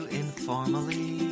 informally